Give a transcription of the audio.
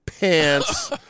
pants